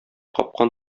капкан